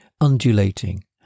undulating